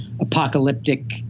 apocalyptic